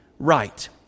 right